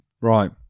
Right